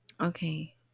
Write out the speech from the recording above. Okay